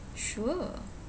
sure